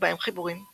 ובהם חיבורים,